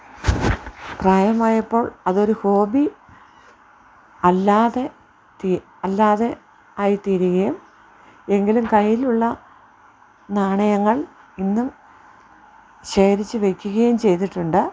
പ്രായമായപ്പോൾ അതൊരു ഹോബി അല്ലാതെ തീരുക അല്ലാതെ ആയി തീരികയും എങ്കിലും കയ്യിലുള്ള നാണയങ്ങൾ ഇന്നും ശേഖരിച്ച് വെക്കുകയും ചെയ്തിട്ടുണ്ട്